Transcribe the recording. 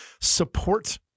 support